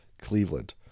Cleveland